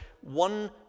one